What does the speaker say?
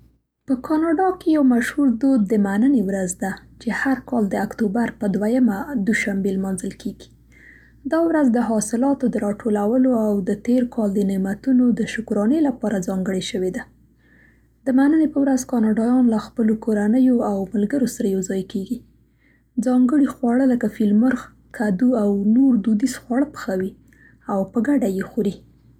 په کاناډا کې یو مشهور دود د "مننې ورځ" ده چې هر کال د اکتوبر په دویمه دوشنبه لمانځل کیږي. دا ورځ د حاصلاتو د راټولولو او د تیر کال د نعمتونو د شکرانې لپاره ځانګړې شوې ده. د مننې په ورځ کاناډایان له خپلو کورنیو او ملګرو سره یوځای کیږي، ځانګړي خواړه لکه فیل مرغ، کدو او نور دودیز خواړه پخوي او په ګډه یې خوري.